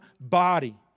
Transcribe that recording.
body